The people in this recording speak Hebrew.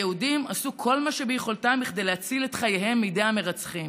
היהודים עשו כל מה שביכולתם כדי להציל את חייהם מידי המרצחים.